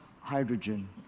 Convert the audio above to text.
hydrogen